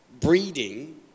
breeding